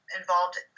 involved